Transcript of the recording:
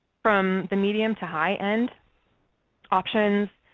from the medium to high end options,